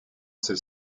celle